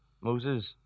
Moses